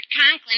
Conklin